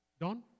Don